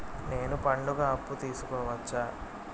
నేను పండుగ అప్పు తీసుకోవచ్చా?